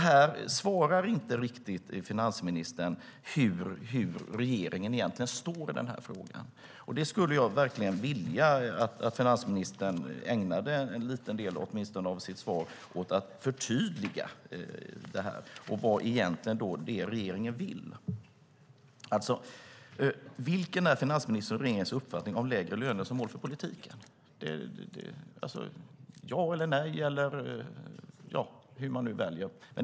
Här svarar finansministern inte riktigt på var regeringen egentligen står i den frågan. Jag skulle verkligen vilja att finansministern ägnade en liten del av sitt svar åt att förtydliga det och förklara vad regeringen egentligen vill. Vilken är finansministerns och regeringens uppfattning om lägre löner som mål för politiken? Ja eller nej till lägre löner, eller vad väljer man?